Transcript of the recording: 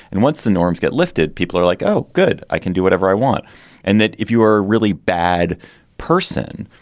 and once the norms get lifted, people are like, oh, good, i can do whatever i want and that if you a really bad person,